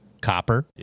copper